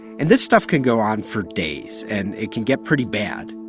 and this stuff can go on for days, and it can get pretty bad.